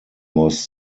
was